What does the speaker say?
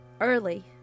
early